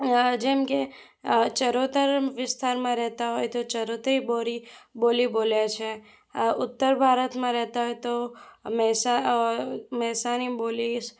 જેમ કે આ ચરોતર વિસ્તારમાં રહેતા હોય તો ચરોતરી બોરી બોલી બોલે છે આ ઉત્તર ભારતમાં રહેતા હોય તો મહેસાણી બોલી એવી